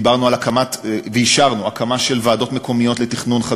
דיברנו ואישרנו הקמה של ועדות מקומיות לתכנון,